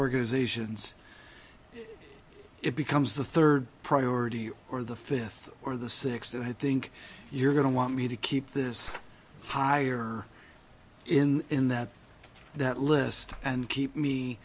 organizations it becomes the third priority or the fifth or the sixth that i think you're going to want me to keep this higher in in that that list and keep me